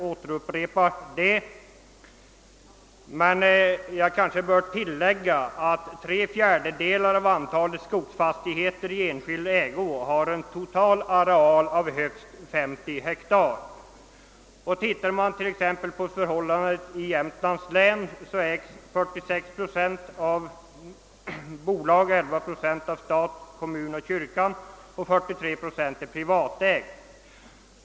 Jag skall inte upprepa detta, men jag kanske bör tillägga, att tre fjärdedelar av antalet skogsfastigheter i enskild ägo har en total areal av högst 50 hektar. Ser man t.ex. på förhållandena i Jämtlands län, finner man, att 46 procent ägs av bolag, 11 procent av stat, kommun och kyrka samt att 43 procent är privatägt.